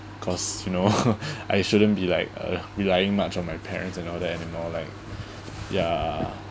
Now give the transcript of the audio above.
cause you know I shouldn't be like uh relying much on my parents and all that anymore right ya